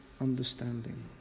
understanding